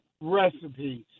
recipes